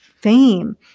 fame